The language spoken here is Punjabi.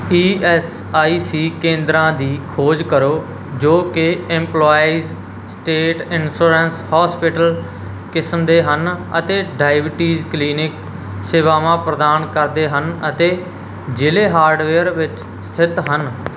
ਈ ਐੱਸ ਆਈ ਸੀ ਕੇਂਦਰਾਂ ਦੀ ਖੋਜ ਕਰੋ ਜੋ ਕਿ ਇੰਪਲਾਈਜ਼ ਸਟੇਟ ਇੰਸ਼ੋਰੈਂਸ ਹੋਸਪੀਟਲ ਕਿਸਮ ਦੇ ਹਨ ਅਤੇ ਡਾਇਬੀਟੀਜ਼ ਕਲੀਨਿਕ ਸੇਵਾਵਾਂ ਪ੍ਰਦਾਨ ਕਰਦੇ ਹਨ ਅਤੇ ਜ਼ਿਲ੍ਹੇ ਹਾਰਡਵੇਅਰ ਵਿੱਚ ਸਥਿਤ ਹਨ